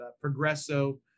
Progresso